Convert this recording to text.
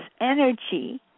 energy